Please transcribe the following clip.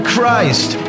Christ